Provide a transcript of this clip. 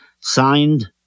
signed